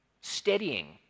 steadying